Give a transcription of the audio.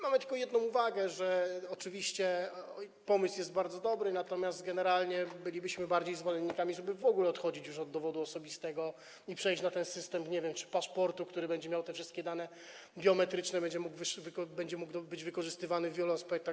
Mamy tylko jedną uwagę, że oczywiście pomysł jest bardzo dobry, natomiast generalnie bylibyśmy bardziej zwolennikami tego, żeby w ogóle odchodzić już od dowodu osobistego i przejść na system, nie wiem, paszportu, który będzie miał te wszystkie dane biometryczne, będzie mógł być wykorzystywany w wielu aspektach.